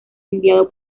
enviado